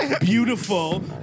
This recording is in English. beautiful